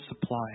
supply